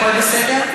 הכול בסדר?